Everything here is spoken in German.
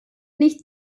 nicht